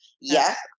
Yes